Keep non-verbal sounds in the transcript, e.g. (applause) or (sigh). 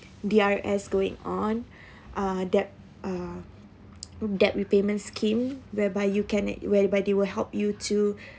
D_R_S going on uh debt uh (noise) debt repayment scheme whereby you can whereby they will help you to